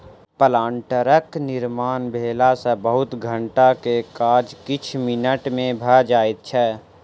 प्लांटरक निर्माण भेला सॅ बहुत घंटा के काज किछ मिनट मे भ जाइत छै